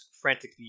frantically